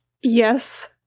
Yes